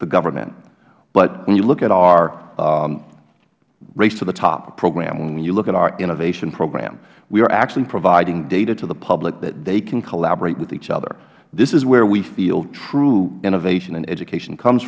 the government but when you look at our race to the top program and you look at our innovation program we are actually providing data to the public that they can collaborate with each other this is where we feel true innovation in education comes